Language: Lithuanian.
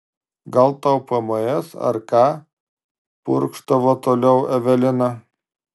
gal tau pms ar ką purkštavo toliau evelina